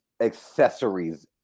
accessories